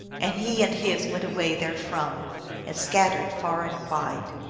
and he and his went away therefrom, and scattered far and wide.